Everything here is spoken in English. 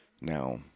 now